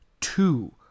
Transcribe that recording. Two